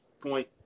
point